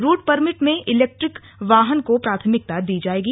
root permit में electric वाहन को प्राथमिकता दी जाएगी